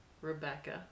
Rebecca